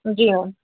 जी हाँ